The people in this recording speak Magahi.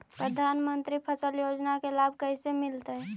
प्रधानमंत्री फसल योजना के लाभ कैसे मिलतै?